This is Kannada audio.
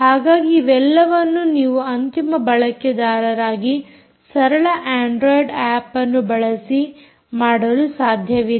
ಹಾಗಾಗಿ ಇವೆಲ್ಲವನ್ನೂ ನೀವು ಅಂತಿಮ ಬಳಕೆದಾರರಾಗಿ ಸರಳ ಅಂಡ್ರೊಯಿಡ್ ಆಪ್ ಅನ್ನು ಬಳಸಿ ಮಾಡಲು ಸಾಧ್ಯವಿದೆ